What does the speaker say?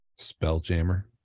Spelljammer